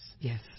Yes